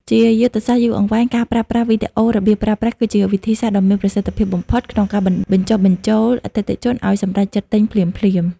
ជាយុទ្ធសាស្ត្រយូរអង្វែង ការប្រើប្រាស់ វីដេអូរបៀបប្រើប្រាស់គឺជាវិធីសាស្ត្រដ៏មានប្រសិទ្ធភាពបំផុតក្នុងការបញ្ចុះបញ្ចូលអតិថិជនឱ្យសម្រេចចិត្តទិញភ្លាមៗ។